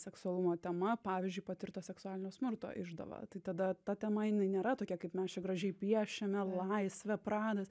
seksualumo tema pavyzdžiui patirto seksualinio smurto išdava tai tada ta tema jinai nėra tokia kaip mes čia gražiai piešiame laisvė pradas